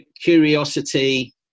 curiosity